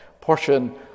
portion